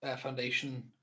Foundation